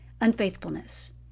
unfaithfulness